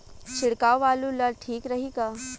छिड़काव आलू ला ठीक रही का?